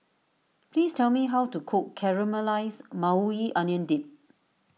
please tell me how to cook Caramelized Maui Onion Dip